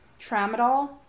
Tramadol